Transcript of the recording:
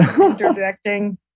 interjecting